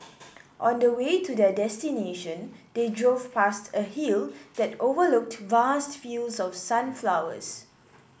on the way to their destination they drove past a hill that overlooked vast fields of sunflowers